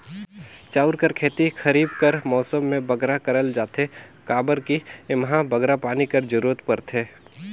चाँउर कर खेती खरीब कर मउसम में बगरा करल जाथे काबर कि एम्हां बगरा पानी कर जरूरत परथे